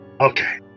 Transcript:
Okay